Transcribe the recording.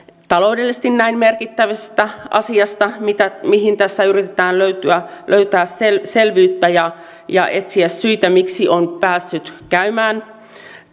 taloudellisesti näin merkittävästä asiasta mihin tässä yritetään löytää löytää selvyyttä ja ja etsiä syitä miksi näin on päässyt käymään